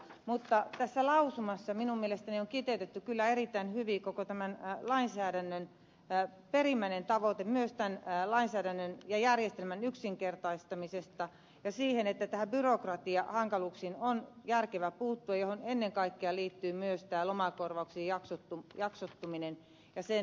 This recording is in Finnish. mutta tässä lausumassa minun mielestäni on kiteytetty kyllä erittäin hyvin koko tämän lainsäädännön perimmäinen tavoite myös tämän lainsäädännön ja järjestelmän yksinkertaistamisesta ja siitä että näihin byrokratiahankaluuksiin on järkevää puuttua ja siihen ennen kaikkea liittyy myös tämä lomakorvauksen jaksottuminen ja sen työttömyyspäivärahan määrittely